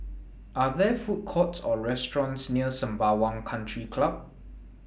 Are There Food Courts Or restaurants near Sembawang Country Club